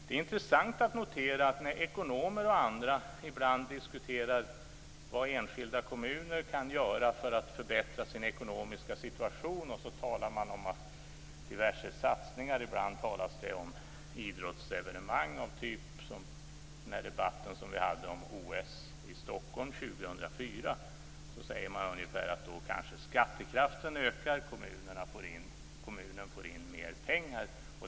Det är intressant att notera att ibland när ekonomer och andra diskuterar vad enskilda kommuner kan göra för att förbättra sin ekonomiska situation - det talas om diverse satsningar, t.ex. om idrottsevenemang som i den debatt som vi hade om OS i Stockholm år 2004 - säger man att skattekraften då kanske ökar och kommunen får in mera pengar.